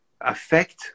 affect